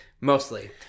mostly